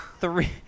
three